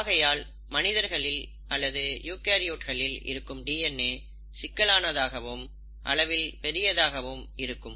ஆகையால் மனிதர்களில் அல்லது யூகரியோட்களில் இருக்கும் டிஎன்ஏ சிக்கலானதாகவும் அளவில் பெரியதாகவும் இருக்கும்